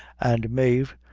and mave,